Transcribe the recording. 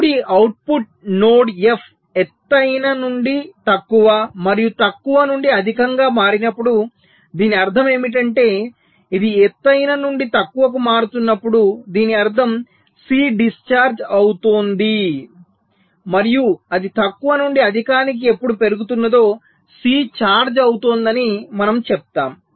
ఇప్పుడు ఈ output node F ఎత్తైన నుండి తక్కువ మరియు తక్కువ నుండి అధికంగా మారినప్పుడు దీని అర్థం ఏమిటంటే ఇది ఎత్తైన నుండి తక్కువకు మారుతున్నప్పుడు దీని అర్థం సి డిశ్చార్జ్ అవుతోంది మరియు అది తక్కువ నుండి అధికానికి ఎప్పుడు పెరుగుతున్నదో సి ఛార్జ్ అవుతోందని మేము చెప్తాము